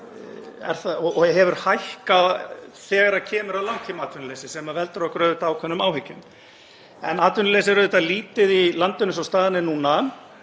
og hefur hækkað þegar kemur að langtímaatvinnuleysi, sem veldur okkur auðvitað ákveðnum áhyggjum. En atvinnuleysi er lítið í landinu eins og staðan er núna